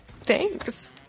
Thanks